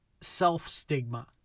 self-stigma